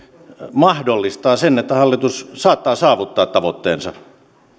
mahdollistaa sen että hallitus saattaa saavuttaa tavoitteensa